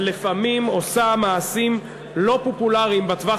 ולפעמים עושה מעשים לא פופולריים בטווח